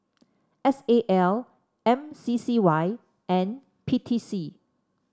S A L M C C Y and P T C